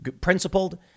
principled